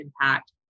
impact